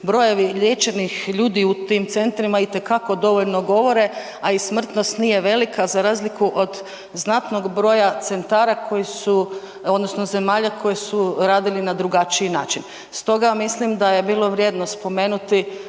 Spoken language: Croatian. Brojevi liječenih ljudi u tim centrima itekako dovoljno govore, a i smrtnost nije velika za razliku od znatnog broja centara koji su odnosno zemalja koje su radili na drugačiji način. Stoga ja mislim da je bilo vrijedno spomenuti